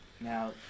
Now